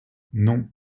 non